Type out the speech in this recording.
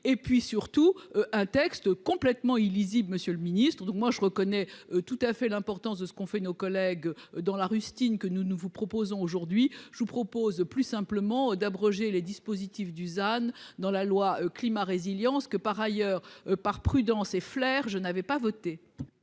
et puis surtout un texte complètement illisible, Monsieur le Ministre. Donc moi je reconnais tout à fait l'importance de ce qu'ont fait nos collègues dans la rustine que nous, nous vous proposons aujourd'hui je vous propose plus simplement d'abroger les dispositifs Dusan dans la loi climat résilience que par ailleurs, par prudence et Flers. Je n'avais pas voté.